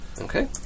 Okay